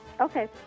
Okay